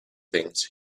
things